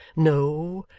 no.